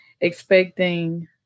expecting